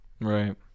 Right